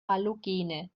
halogene